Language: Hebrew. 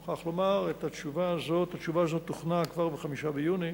אני מוכרח לומר, התשובה הזאת הוכנה כבר ב-5 ביוני.